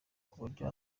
kuburyo